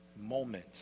moment